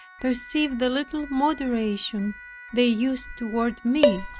perceived the little moderation they used toward me.